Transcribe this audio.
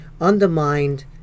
undermined